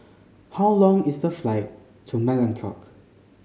how long is the flight to Melekeok